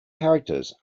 characters